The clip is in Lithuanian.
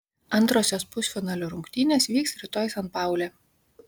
antrosios pusfinalio rungtynės vyks rytoj san paule